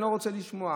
אני לא רוצה לשמוע.